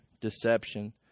deception